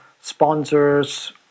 sponsors